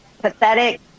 pathetic